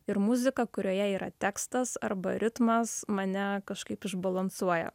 ir muzika kurioje yra tekstas arba ritmas mane kažkaip išbalansuoja